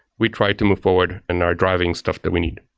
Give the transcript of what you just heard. we try to move forward and are driving stuff that we need.